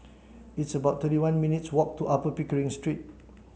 it's about thirty one minutes' walk to Upper Pickering Street